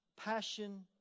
passion